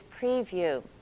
preview